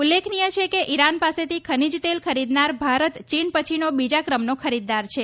ઉલ્લેખનીય છે કે ઇરાન પાસેથી ખનીજ તેલ ખરીદનાર ભારત ચીન પછીનો બીજા ક્રમનો ખરીદદાર છે